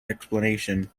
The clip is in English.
explanation